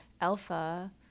alpha